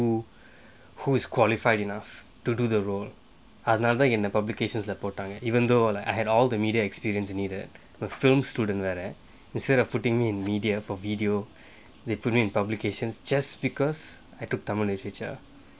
who who is qualified enough to do the role another in the publications report target even though like I had all the media experiences needed the film students like that instead of putting in media for video they put me in publications just because I took tamil literature